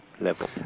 level